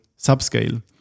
Subscale